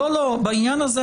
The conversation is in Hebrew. בעניין הזה,